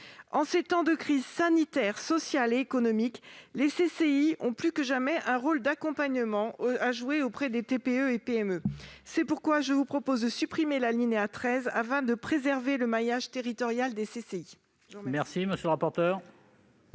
En ces temps de crise sanitaire, sociale et économique, les CCI ont plus que jamais un rôle d'accompagnement à jouer auprès des TPE et des PME. Il s'agit donc de supprimer l'alinéa 13 afin de préserver le maillage territorial des CCI.